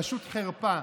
פשוט חרפה,